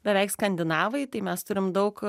beveik skandinavai tai mes turim daug